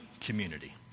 community